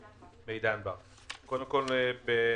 אתחיל מהסוף.